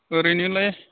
ओरैनोलाय